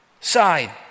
side